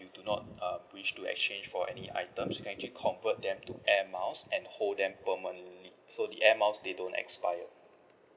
you do not uh wish to exchange for any items you can keep convert them to air miles and hold them permanently so the air miles they don't expire